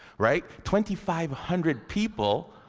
right? twenty-five hundred people,